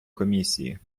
комісії